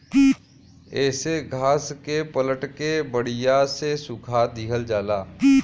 येसे घास के पलट के बड़िया से सुखा दिहल जाला